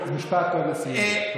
משפט לסיום.